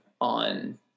on